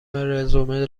رزومه